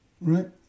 right